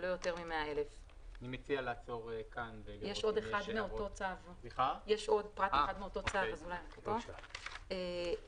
ולא יותר מ- 100,000. (22)